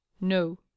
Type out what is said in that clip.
No